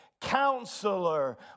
Counselor